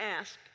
ask